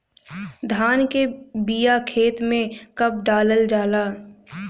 धान के बिया खेत में कब डालल जाला?